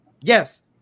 Yes